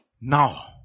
Now